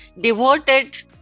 devoted